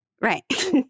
right